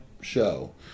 show